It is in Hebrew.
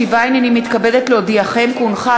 יישר כוח.